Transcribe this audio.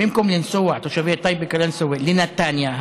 במקום שתושבי טייבה וקלנסווה ייסעו לנתניה,